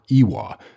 iwa